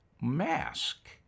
mask